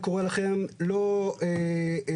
אני קורא לכם לא להתלבט,